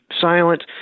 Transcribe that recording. silent